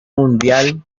mundial